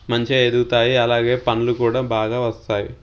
మంచిగా ఎదుగుతాయి అలాగే పళ్ళు కూడా బాగా వస్తాయి